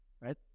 right